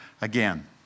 again